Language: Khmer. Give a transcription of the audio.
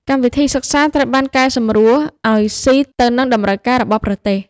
កម្មវិធីសិក្សាត្រូវបានកែសម្រួលឱ្យស៊ីទៅនឹងតម្រូវការរបស់ប្រទេស។